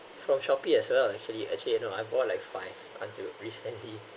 from Shopee as well actually actually you know I bought like five until recently